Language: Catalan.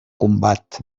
combat